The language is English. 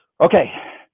Okay